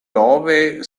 doorway